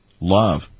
love